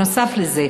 נוסף על זה,